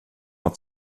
att